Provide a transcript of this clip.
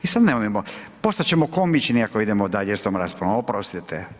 I sada nemojmo postat ćemo komični ako idemo dalje s tom raspravom, oprostite.